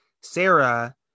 Sarah